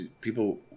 People